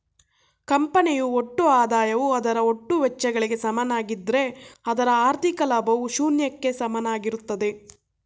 ಕಂಪನಿಯು ಒಟ್ಟು ಆದಾಯವು ಅದರ ಒಟ್ಟು ವೆಚ್ಚಗಳಿಗೆ ಸಮನಾಗಿದ್ದ್ರೆ ಅದರ ಹಾಥಿ೯ಕ ಲಾಭವು ಶೂನ್ಯಕ್ಕೆ ಸಮನಾಗಿರುತ್ತದೆ